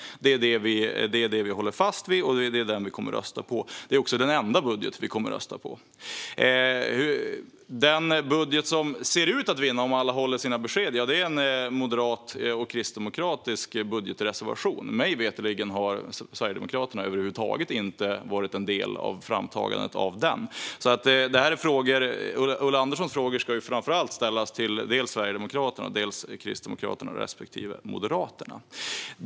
Det håller vi fast vid, och det är denna budgetmotion vi kommer att rösta på. Det är också den enda budget vi kommer att rösta på. Den budget som ser ut att vinna, om alla håller fast vid sina besked, är Moderaternas och Kristdemokraternas budgetreservation. Mig veterligen har Sverigedemokraterna över huvud taget inte varit en del av framtagandet av den. Ulla Anderssons frågor får därför främst ställas till Sverigedemokraterna respektive Moderaterna och Kristdemokraterna.